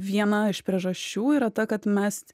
viena iš priežasčių yra ta kad mes